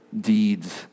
deeds